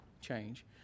change